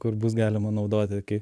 kur bus galima naudoti kai